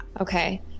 Okay